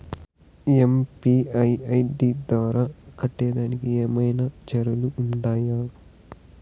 UPI ID ద్వారా కట్టేదానికి ఏమన్నా చార్జీలు ఉండాయా?